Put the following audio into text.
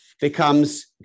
becomes